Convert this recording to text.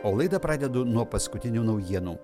o laidą pradedu nuo paskutinių naujienų